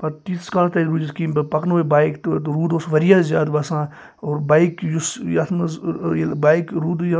پَتہٕ تیٖتِس کالَس تَتہِ روٗزِتھ کیٚنٛہہ مےٚ پَکناو یہِ بایِک تہٕ روٗد اوس وارِیاہ زیادٕ وَسان اور بایک یُس یتھ منٛز ییٚلہِ بایکہِ روٗدٕے